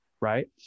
right